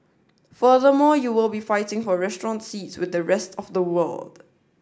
furthermore you will be fighting for restaurant seats with the rest of the world